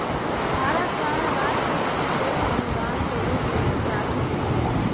भारत द्वारा राज सभके सेहो अनुदान के रूप में कुछ राशि देल जाइ छइ